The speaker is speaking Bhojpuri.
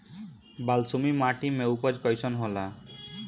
बालसुमी माटी मे उपज कईसन होला?